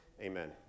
amen